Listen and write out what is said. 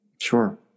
Sure